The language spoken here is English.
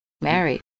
married